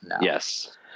yes